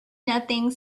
nothing